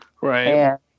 Right